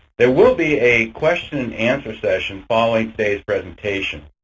there will be a question and answer session following today's presentation.